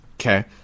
okay